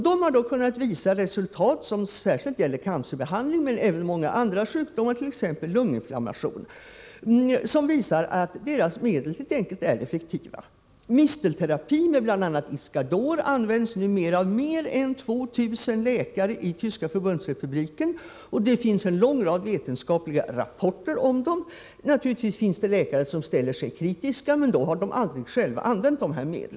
De har därvid kunnat visa resultat, som särskilt gäller cancerbehandling men även många andra sjukdomar, t.ex. lunginflammation, på att deras medel är effektiva. Mistelterapi — med bl.a. Iscador — används numera av mer än 2 000 läkare i Förbundsrepubliken Tyskland, och det finns en lång rad vetenskapliga rapporter om detta. Det finns naturligtvis läkare som ställer sig kritiska, men de har aldrig själva använt dessa medel.